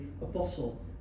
apostle